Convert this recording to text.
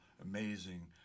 amazing